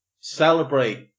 celebrate